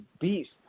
beast